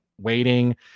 waiting